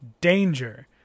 danger